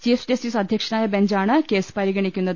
chief justice അധ്യക്ഷനായ ബെഞ്ചാണ് case പരിഗണിക്കുന്നത്